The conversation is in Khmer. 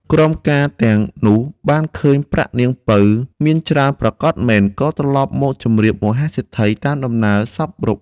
ក្រមការទាំងនោះបានឃើញប្រាក់នាងពៅមានច្រើនប្រាកដមែន ក៏ត្រឡប់មកជម្រាបមហាសេដ្ឋីតាមដំណើរសព្វគ្រប់ ។